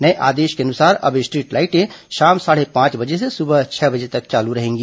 नये आदेश के अनुसार अब स्ट्रीट लाईट शाम साढ़े पांच बजे से सुबह छह बजे तक चालू रहेंगी